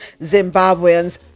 Zimbabweans